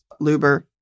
Luber